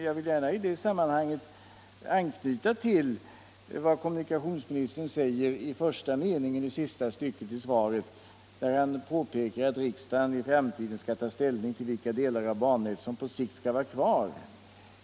Jag vill gärna i det sammanhanget anknyta till vad kommunikationsministern anför i första meningen av sista stycket i sitt svar, där han framhåller att riksdagen i framtiden skall ta ställning till vilka delar av bannätet som på sikt skall vara kvar.